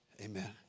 Amen